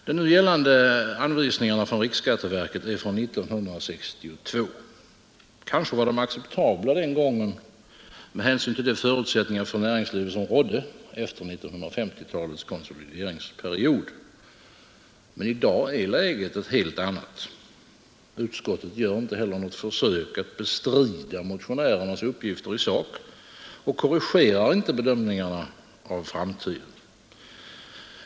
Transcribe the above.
De nu gällande anvisningarna från riksskatteverket skrevs 1962. Kanske var de acceptabla den gången med hänsyn till de förutsättningar för näringslivet som rådde efter 1950-talets konsolideringsperiod. Men i dag är läget ett helt annat. Utskottet gör inte heller något försök att bestrida motionärernas uppgifter i sak och korrigerar inte bedömningarna av framtiden.